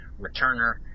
returner